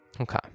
Okay